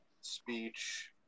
speech